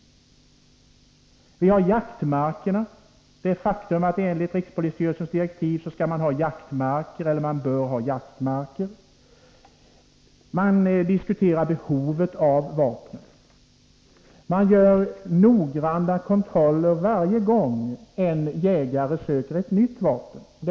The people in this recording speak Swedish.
Vi har det faktum att man enligt rikspolisstyrelsen skall eller bör ha jaktmarker. Man diskuterar behovet av vapnen. Man gör noggranna kontroller varje gång en jägare söker tillstånd för ett nytt vapen.